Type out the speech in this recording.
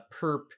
perp